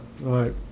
right